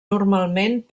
normalment